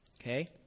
Okay